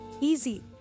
easy